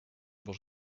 was